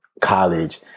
college